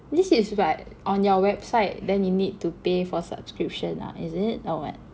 this is what on their website then you need to pay for subscription ah is it or what